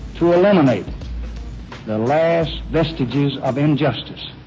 to eliminate the last vestiges of injustice